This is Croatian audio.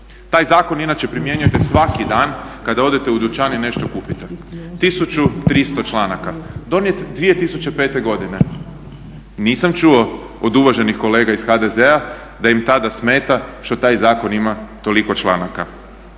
taj zakon inače primjenjujete svaki dan kada odete u dućan i nešto kupite, 1300 članaka, donijet 2005.godine, nisam čuo od uvaženih kolega iz HDZ-a da im tada smeta što taj zakon ima toliko članaka.